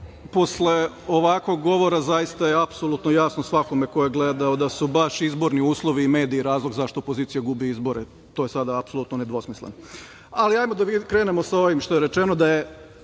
Posle ovakvog govora, zaista je apsolutno jasno svakome ko je gledao da su baš izborni uslovi i mediji razlog zašto opozicija gubi izbore. To je sada apsolutno nedvosmisleno. Ajmo da krenemo sa ovim što je rečeno, da je